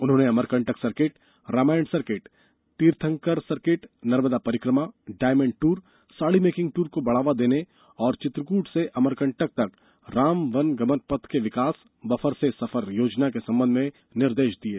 उन्होंने Amarkantak circuit Ramayana circuit Tirthankar circuit Narmada परिकमा diamond tour sari making tour को बढ़ावा देने और चित्रकूट से अमरकंटक तक रामवनगमन पथ के विकास बफर में सफर योजना के संबंध में निर्देश दिये